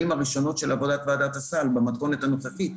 הראשונות של עבודת ועדת הסל במתכונת הנוכחית.